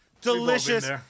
delicious